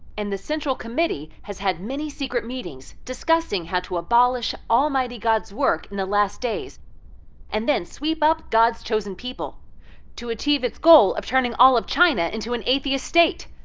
and the central committee has had many secret meetings discussing how to abolish almighty god's work in the last days and then sweep up god's chosen people to achieve its goal of turning all of china into an atheist state.